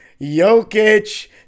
Jokic